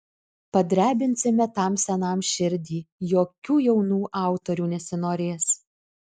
padrebinsime tam senam širdį jokių jaunų autorių nesinorės